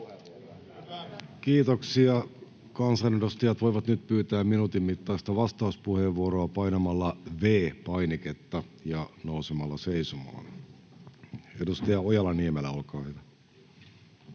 Kiitoksia. — Kansanedustajat voivat nyt pyytää minuutin mittaista vastauspuheenvuoroa painamalla V-painiketta ja nousemalla seisomaan. — Edustaja Ojala-Niemelä, olkaa hyvä.